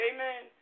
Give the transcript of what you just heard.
Amen